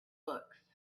books